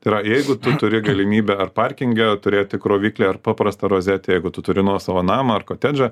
tai yra jeigu tu turi galimybę ar parkinge turėti kroviklį ar paprastą rozetę jeigu tu turi nuosavą namą ar kotedžą